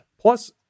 Plus